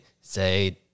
say